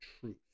truth